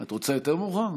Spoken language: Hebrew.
את רוצה יותר מאוחר?